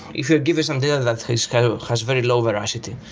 if you're given some data that has kind of has very low veracity,